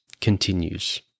continues